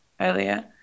earlier